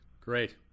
great